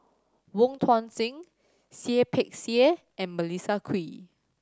Wong Tuang Seng Seah Peck Seah and Melissa Kwee